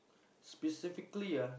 specifically ah